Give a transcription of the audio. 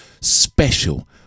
special